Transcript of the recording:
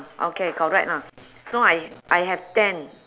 okay correct lah so I I have ten